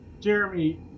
Jeremy